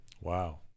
wow